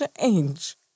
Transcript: change